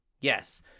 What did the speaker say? yes